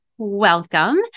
Welcome